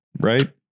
right